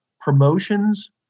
promotions